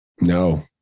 No